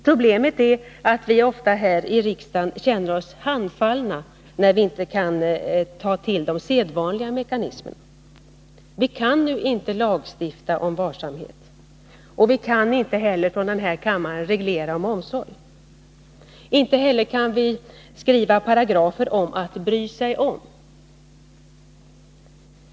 Problemet är att vi ofta här i riksdagen känner oss handfallna, när vi inte kan ta till de sedvanliga mekanismerna. Vi kan inte lagstifta om varsamhet, och vi kan inte heller från den här kammaren reglera omsorgen. Och inte heller kan vi klara att skriva paragrafer om att bry sig om.